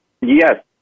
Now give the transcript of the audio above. Yes